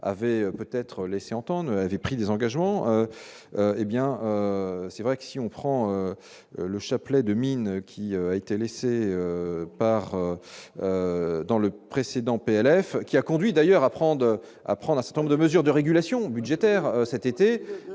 avait peut-être laissé entendre, avait pris des engagements, hé bien c'est vrai que si on prend le chapelet de mines, qui a été laissée par dans le précédent PLF qui a conduit d'ailleurs à prendre : apprendre à ce train de mesures de régulation budgétaire cet été,